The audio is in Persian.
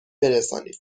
برسانید